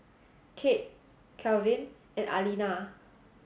Cade Kalvin and Aleena